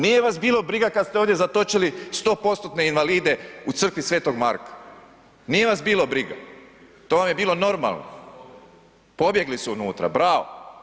Nije vas bilo briga kad ste ovdje zatočili 100%-tne invalide u crkvi Sv. Marka, nije vas bilo briga, to vam je bilo normalno, pobjegli su unutra, bravo.